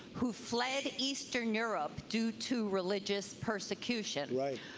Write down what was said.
who fled eastern europe due to religious persecution. right.